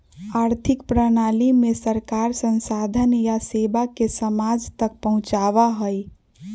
आर्थिक प्रणाली में सरकार संसाधन या सेवा के समाज तक पहुंचावा हई